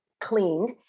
cleaned